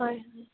হয়